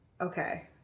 Okay